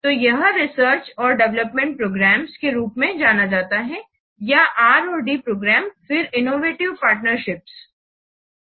तो यह रिसर्च और डेवलपमेंट प्रोग्राम्स के रूप में जाना जाता है या Rऔर D प्रोग्राम फिर इनोवेटिव पार्टनरशिप्स